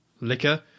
liquor